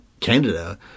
Canada